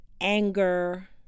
Anger